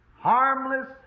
harmless